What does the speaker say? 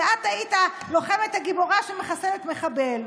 שאת היית הלוחמת הגיבורה שמחסלת מחבל,